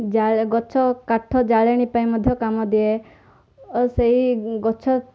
ଜାଳେ ଗଛ କାଠ ଜାଳେଣି ପାଇଁ ମଧ୍ୟ କାମ ଦିଏ ଓ ସେଇ ଗଛ